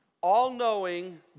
all-knowing